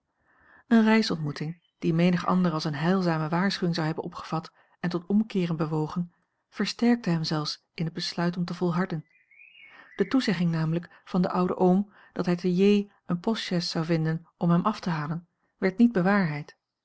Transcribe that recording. eene reisontmoeting die menig ander als eene heilzame waarschuwing zou hebben opgevat en tot omkeeren bewogen versterkte hem zelfs in het besluit om te volharden de toezegging namelijk van den ouden oom dat hij te j een postchais zou vinden om hem af te halen werd niet bewaarheid